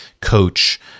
coach